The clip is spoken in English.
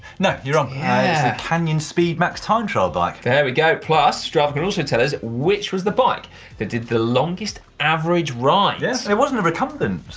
no, you're wrong. it's yeah the canyon speedmax time trial bike. there we go, plus, strava can also tell us which was the bike that did the longest average rides. yeah, it wasn't a recumbent,